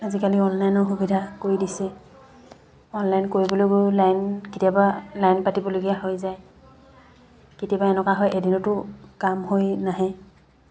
আজিকালি অনলাইনৰ সুবিধা কৰি দিছে অনলাইন কৰিবলৈ গৈ লাইন কেতিয়াবা লাইন পাতিবলগীয়া হৈ যায় কেতিয়াবা এনেকুৱা হয় এদিনতো কাম হৈ নাহে